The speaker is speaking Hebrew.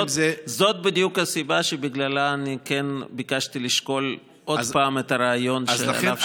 זאת בדיוק הסיבה שאני כן ביקשתי לשקול עוד פעם את הרעיון שעליו שאלת.